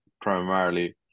primarily